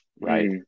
right